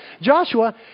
Joshua